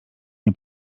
nie